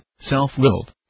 self-willed